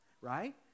right